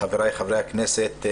חבריי חברי הכנסת,